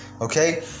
Okay